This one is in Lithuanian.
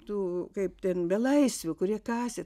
tų kaip ten belaisvių kurie kasė